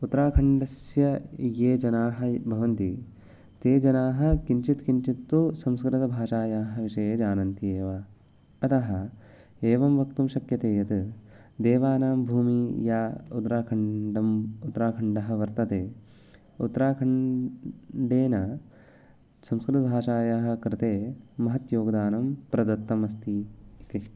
उत्तराखण्डस्य ये जनाः भवन्ति ते जनाः किञ्चित् किञ्चित् तु संस्कृतभाषायाः विषये जानन्ति एव अतः एवं वक्तुं शक्यते यत् देवानां भूमिः या उत्तराखण्डम् उत्तराखण्डः वर्तते उत्तराखण्डेन संस्कृतभाषायाः कृते महत् योगदानं प्रदत्तम् अस्ति इति